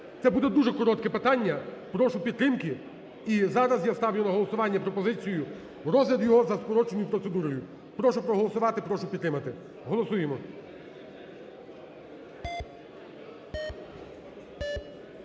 це буде дуже коротке питання, прошу підтримки і зараз я ставлю на голосування пропозицію розгляд його за скороченою процедурою. Прошу проголосувати, прошу підтримати. Голосуємо.